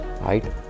right